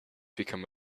become